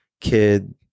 kid